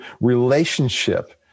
relationship